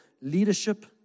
leadership